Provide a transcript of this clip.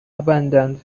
abandoned